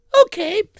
okay